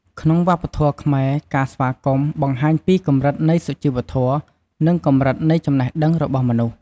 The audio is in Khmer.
ក្នុងវប្បធម៌ខ្មែរការស្វាគមន៍ បង្ហាញពីកម្រិតនៃសុជីវធម៌ និងកម្រិតនៃចំណេះដឹងរបស់មនុស្ស។